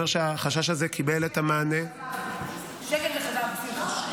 שהחשש הזה קיבל את המענה --- שקר וכזב.